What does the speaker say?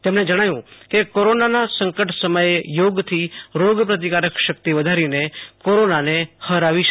તેમણે જણાવ્યુ કે કોરોનાના સંકટ સમયે યોગથી રોગપ્રતિકારક શક્તિ વધારીને કોરોનાને હરાવી શકાય છે